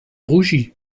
rougit